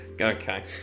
Okay